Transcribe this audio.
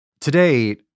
Today